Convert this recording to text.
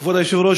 כבוד היושב-ראש,